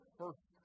first